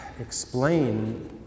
explain